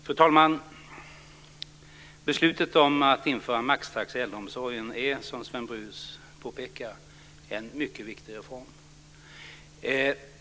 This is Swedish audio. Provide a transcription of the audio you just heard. Fru talman! Beslutet att införa maxtaxa i äldreomsorgen är, som Sven Brus påpekar, en mycket viktig reform.